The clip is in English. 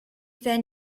van